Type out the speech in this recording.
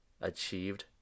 achieved